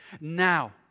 now